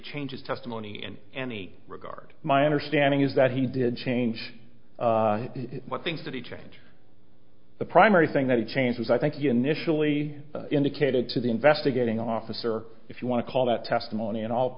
changes testimony in any regard my understanding is that he did change things that he changed the primary thing that he changed was i thank you nischelle lee indicated to the investigating officer if you want to call that testimony at all